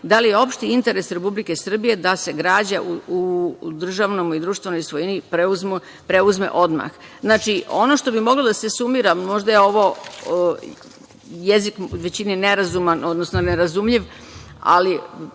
da li je opšti interes Republike Srbije da se građa u državnoj i društvenoj svojini preuzme odmah? Znači, ono što bi moglo da se sumira, možda je ovo jezik većini nerazuman, odnosno nerazumljiv, ali